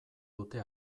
dute